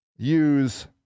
Use